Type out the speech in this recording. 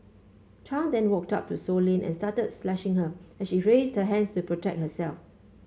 Chan then walked up to Sow Lin and started slashing her as she raised her hands to protect herself